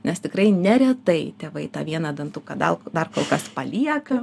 nes tikrai neretai tėvai tą vieną dantuką dal dar kol kas palieka